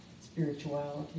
spirituality